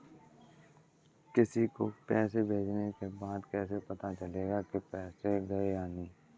किसी को पैसे भेजने के बाद कैसे पता चलेगा कि पैसे गए या नहीं?